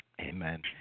Amen